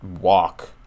walk